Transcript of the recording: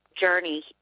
journey